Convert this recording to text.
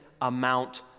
amount